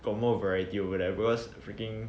got more variety over there because freaking